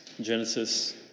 Genesis